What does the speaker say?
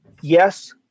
yes